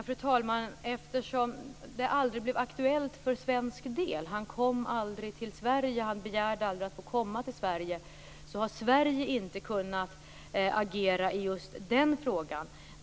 Fru talman! Det blev ju aldrig aktuellt för svensk del. Han kom aldrig till Sverige. Han begärde aldrig att få komma till Sverige. Därför har Sverige inte kunnat agera i just den frågan.